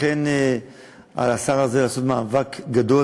לכן השר הזה יעשה מאבק גדול,